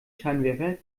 scheinwerfer